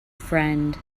friend